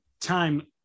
time